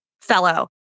fellow